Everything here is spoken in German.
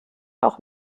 auch